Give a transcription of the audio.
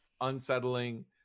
unsettling